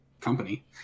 company